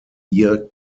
ear